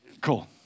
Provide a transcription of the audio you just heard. Cool